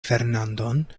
fernandon